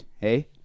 hey